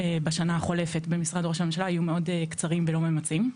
בשנה החולפת במשרד ראש הממשלה היו מאוד קצרים ולא ממצים,